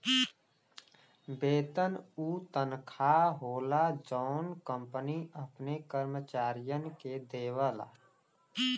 वेतन उ तनखा होला जौन कंपनी अपने कर्मचारियन के देवला